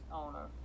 owner